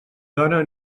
dona